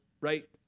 right